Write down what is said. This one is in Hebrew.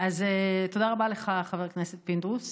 תודה רבה לך, חבר הכנסת פינדרוס.